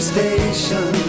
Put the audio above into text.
Station